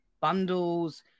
bundles